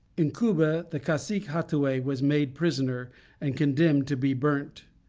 in cuba, the cacique hattuey was made prisoner and condemned to be burnt.